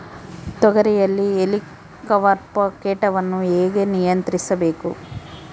ತೋಗರಿಯಲ್ಲಿ ಹೇಲಿಕವರ್ಪ ಕೇಟವನ್ನು ಹೇಗೆ ನಿಯಂತ್ರಿಸಬೇಕು?